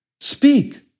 speak